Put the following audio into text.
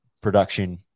production